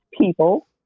people